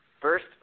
First